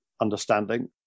understanding